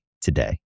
today